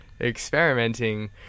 experimenting